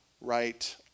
right